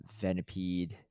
Venipede